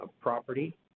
property